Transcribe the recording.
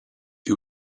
who